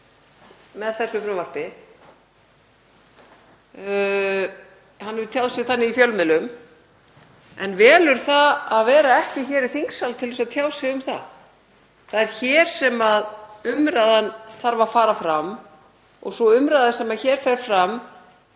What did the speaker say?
með þessu frumvarpi. Hann hefur tjáð sig þannig í fjölmiðlum en velur það að vera ekki hér í þingsal til að tjá sig um það. Það er hér sem umræðan þarf að fara fram og sú umræða sem hér fer fram